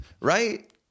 right